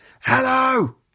hello